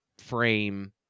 frame